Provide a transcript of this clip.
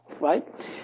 right